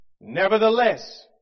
Nevertheless